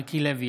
מיקי לוי,